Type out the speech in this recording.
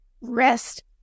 rest